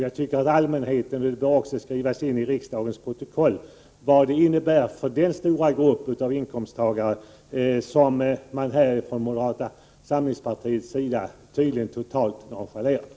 Jag tycker att det borde skrivas in i riksdagens protokoll vad moderata samlingspartiets förslag innebär för den stora grupp av inkomsttagare som moderaterna totalt nonchalerar.